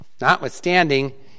notwithstanding